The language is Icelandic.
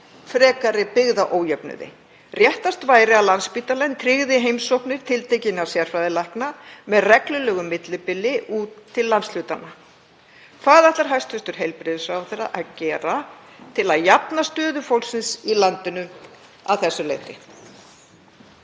frekari byggðaójöfnuði. Réttast væri að Landspítalinn tryggði heimsóknir tiltekinna sérfræðilækna með reglulegu millibili út til landshlutanna. Hvað ætlar hæstv. heilbrigðisráðherra að gera til að jafna stöðu fólksins í landinu að þessu leyti?